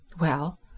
Well